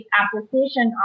application